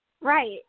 Right